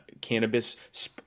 cannabis